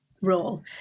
role